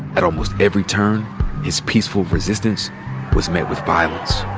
at almost every turn his peaceful resistance was met with violence.